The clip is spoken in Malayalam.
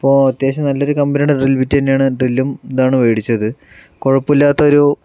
അപ്പോൾ അത്യാവശ്യം നല്ലൊരു കമ്പനിയുടെ റിൽവിറ്റ് തന്നെയാണ് ഡ്രില്ലും ഇതാണ് വേടിച്ചത് കുഴപ്പം ഇല്ലാത്തൊരു